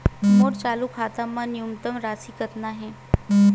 मोर चालू खाता मा न्यूनतम राशि कतना हे?